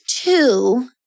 two